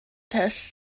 test